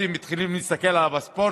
חבר הכנסת אחמד טיבי, בבקשה.